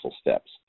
steps